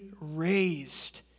raised